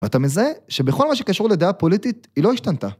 ואתה מזהה שבכל מה שקשור לדעה פוליטית, היא לא השתנתה.